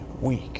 week